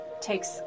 takes